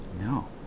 No